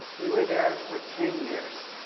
we were there for ten years.